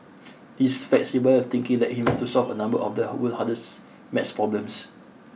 his flexible thinking led him to solve a number of the world's hardest math problems